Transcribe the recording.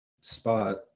spot